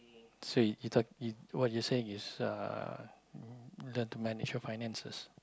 so you you t~ what you're saying is uh learn to manage your finances